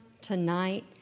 tonight